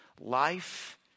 life